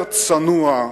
יותר צנוע,